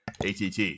ATT